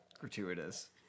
gratuitous